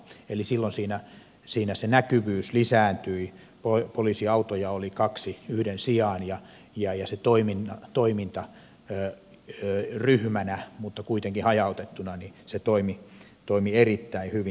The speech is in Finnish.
eli silloin siinä se näkyvyys lisääntyi poliisiautoja oli kaksi yhden sijaan ja se toiminta ryhmänä mutta kuitenkin hajautettuna toimi erittäin hyvin